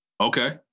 Okay